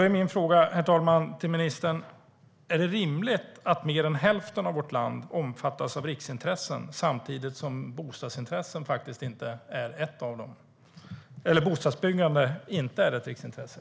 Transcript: Herr talman! Är det rimligt att mer än hälften av vårt land omfattas av riksintressen samtidigt som bostadsbyggande faktiskt inte är ett riksintresse?